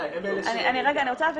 הם אלה ש --- אני רוצה להבין.